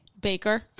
Baker